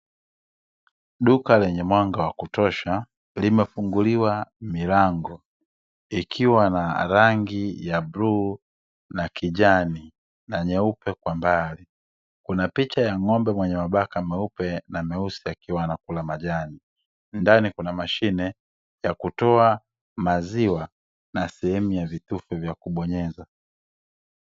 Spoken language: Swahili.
Duka lenye mwanga wa kutosha limefunguliwa milango ikiwa na rangi ya bluu na kijani na nyeupe kwa mbali, kuna picha ya ng'ombe mwenye mabaka meupe na meusi akiwa anakula majani. Ndani kuna mashine ya kutoa maziwa na sehemu ya vitufe vya kubonyeza.